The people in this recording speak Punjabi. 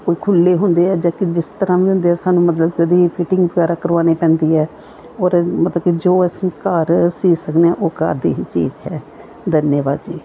ਕੋਈ ਖੁਲ੍ਹੇ ਹੁੰਦੇ ਆ ਜਦੋਂ ਕਿ ਜਿਸ ਤਰ੍ਹਾਂ ਵੀ ਹੁੰਦੇ ਸਾਨੂੰ ਮਤਲਬ ਉਹਦੀ ਫਿਟਿੰਗ ਵਗੈਰਾ ਕਰਵਾਉਣੀ ਪੈਂਦੀ ਹੈ ਔਰ ਮਤਲਬ ਕਿ ਜੋ ਅਸੀਂ ਘਰ ਸੀਅ ਸਕਦੇ ਹਾਂ ਉਹ ਘਰ ਦੀ ਹੀ ਚੀਜ਼ ਹੈ ਧੰਨਵਾਦ ਜੀ